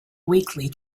weekly